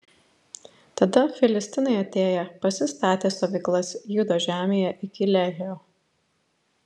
tada filistinai atėję pasistatė stovyklas judo žemėje iki lehio